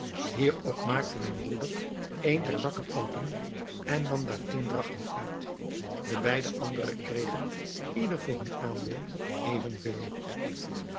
hierop maakte mijn broeder een der zakken open en nam daar tien drachmen uit de beide andere kregen ieder voor hun aandeel evenveel